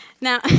Now